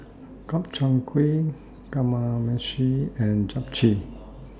Gobchang Gui Kamameshi and Japchae